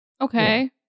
Okay